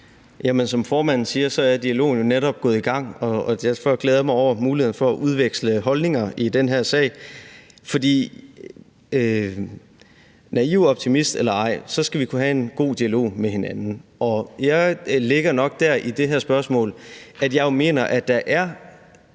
Som formanden siger, så er dialogen jo netop gået i gang, og derfor glæder jeg mig over muligheden for at udveksle holdninger i den her sag. Naiv optimist eller ej, så skal vi kunne have en god dialog med hinanden, og jeg ligger nok der i det her spørgsmål, at jeg jo mener, at der er